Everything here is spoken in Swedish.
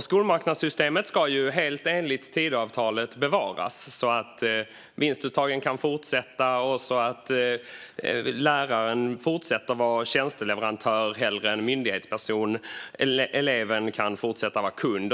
Skolmarknadssystemet ska, helt enligt Tidöavtalet, bevaras så att vinstuttagen kan fortsätta, så att läraren fortsätter att vara tjänsteleverantör snarare än myndighetsperson och så att eleven kan fortsätta att vara kund.